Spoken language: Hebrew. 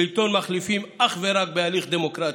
שלטון מחליפים אך ורק בהליך דמוקרטי.